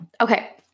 Okay